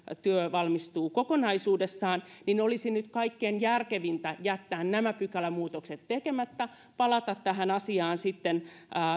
työ valmistuu kokonaisuudessaan niin olisi nyt kaikkein järkevintä jättää nämä pykälämuutokset tekemättä palata tähän asiaan sitten